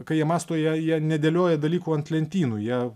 kai jie mąsto jie jie nedėlioja dalykų ant lentynų jie